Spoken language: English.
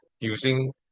using